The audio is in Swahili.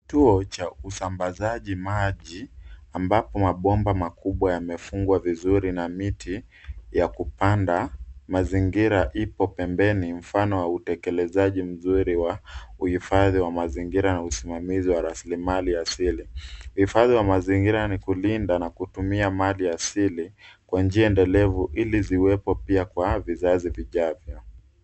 Kituo cha usambazaji maji, ambapo mabomba makubwa yamefungwa vizuri na miti, ya kupanda, mazingira ipo pembeni, mfano wa utekelezaji mzuri wa uhifadhi wa mazingira na usimamizi wa rasilimali asili. Uhifadhi wa mazingira ni kulinda na kutumia mali asili, kwa njia endelevu, ili ziwepo pia kwa vizazi vijavyo.